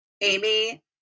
Amy